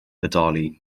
bodoli